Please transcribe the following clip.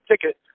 ticket